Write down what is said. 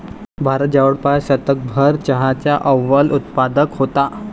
भारत जवळपास शतकभर चहाचा अव्वल उत्पादक होता